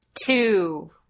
two